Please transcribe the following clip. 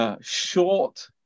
short